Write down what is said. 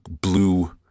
blue